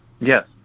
Yes